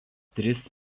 tris